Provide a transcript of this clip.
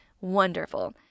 wonderful